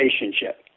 relationship